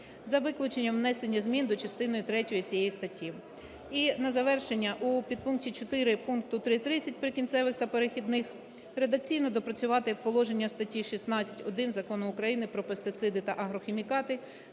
за виключенням внесення змін до частини третьої цієї статті. І на завершення. У підпункті 4 пункту 3.30 "Прикінцевих та перехідних" редакційно доопрацювати положення статті 16.1 Закону України "Про пестициди та агрохімікати"